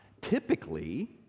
Typically